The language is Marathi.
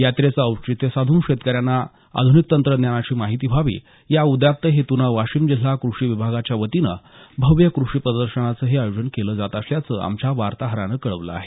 यात्रेचं औचित्य साधून शेतकऱ्याना आधुनिक तंत्रज्ञानाची माहिती व्हावी या उदात्त हेतूने वाशिम जिल्हा कृषी विभागाच्या वतीनं भव्य कृषी प्रदर्शनांचही आयोजन केलं जातं अस आमच्या वातीहरान कळवल आहे